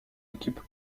équipe